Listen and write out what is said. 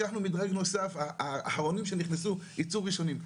לקחו מדרג נוסף האחרונים שנכנסו ייצאו ראשונים.